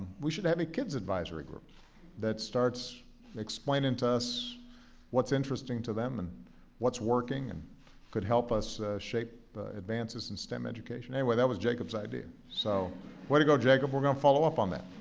we should have a kid's advisory group that starts explaining to us what's interesting to them and what's working, and could help us shape advances in stem education. anyway, that was jacob's idea. so way to go, jacob. we're going to follow up on that.